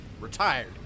Retired